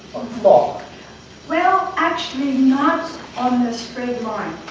ah well, actually not on the straight line.